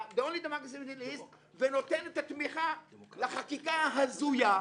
ונותן את התמיכה לחקיקה ההזויה,